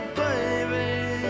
baby